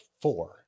four